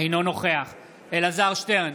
אינו נוכח אלעזר שטרן,